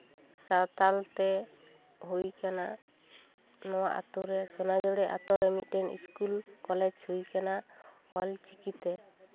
ᱥᱟᱶᱛᱟᱞ ᱛᱮ ᱦᱩᱭ ᱠᱟᱱᱟ ᱱᱚᱣᱟ ᱟᱹᱛᱩᱨᱮ ᱥᱳᱱᱟᱡᱩᱲᱤ ᱟᱹᱛᱩᱨᱮ ᱢᱤᱫᱴᱤᱱ ᱤᱥᱠᱩᱞ ᱠᱚᱞᱮᱡᱽ ᱦᱩᱭ ᱠᱟᱱᱟ ᱚᱞᱪᱤᱠᱤᱛᱮ